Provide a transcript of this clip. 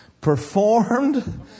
Performed